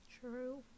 True